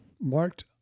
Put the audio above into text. marked